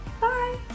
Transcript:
Bye